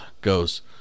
goes